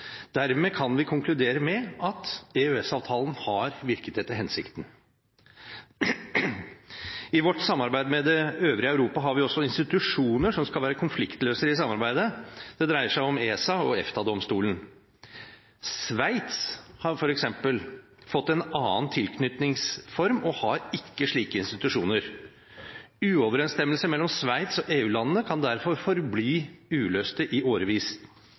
Dermed kan vi konkludere med at EØS-avtalen har virket etter hensikten. I vårt samarbeid med det øvrige Europa har vi også institusjoner som skal være konfliktløsere i samarbeidet – det dreier seg om ESA og EFTA-domstolen. Sveits har f.eks. fått en annen tilknytningsform og har ikke slike institusjoner. Uoverensstemmelser mellom Sveits og EU-landene kan derfor forbli uløste i årevis.